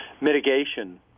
mitigation